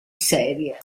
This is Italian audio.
serie